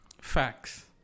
facts